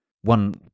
one